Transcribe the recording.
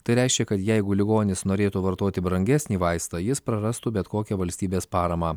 tai reiškia kad jeigu ligonis norėtų vartoti brangesnį vaistą jis prarastų bet kokią valstybės paramą